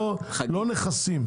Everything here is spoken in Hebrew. לא נכסים.